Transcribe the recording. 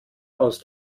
aus